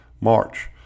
March